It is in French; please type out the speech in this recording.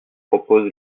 propose